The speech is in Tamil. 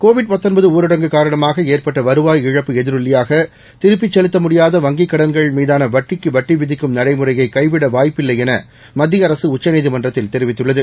கோவிட் ஊரடங்கு காரணமாக ஏற்பட்ட வருவாய் இழப்பு எதிரொலியாக திருப்பிச் செலுத்த முடியாத வங்கிக் கடன்கள் மீதான வட்டிக்கு வட்டி விதிக்கும் நடைமுறையைக் கைவிட உச்சநீதிமன்றத்தில் தெரிவித்துள்ளது